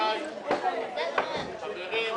את תקופת ההשגה מ-60 ל-90 ימים.